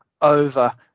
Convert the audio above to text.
over